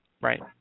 Right